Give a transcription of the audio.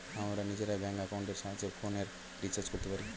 আমরা নিজেরা ব্যাঙ্ক অ্যাকাউন্টের সাহায্যে ফোনের রিচার্জ করতে পারি